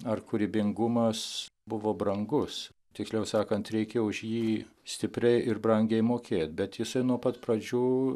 ar kūrybingumas buvo brangus tiksliau sakant reikia už jį stipriai ir brangiai mokėt bet jisai nuo pat pradžių